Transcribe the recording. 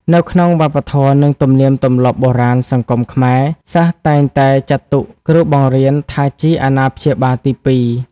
នៅក្នុងវប្បធម៌និងទំនៀមទម្លាប់បុរាណសង្គមខ្មែរ សិស្សតែងតែចាត់ទុកគ្រូបង្រៀនថាជា អាណាព្យាបាលទីពីរ។